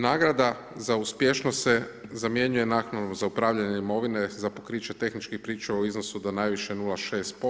Nagrada za uspješnost se zamjenjuje naknadom za upravljanjem imovinom, za pokriće tehničkih pričuva u iznosu do najviše 0,6%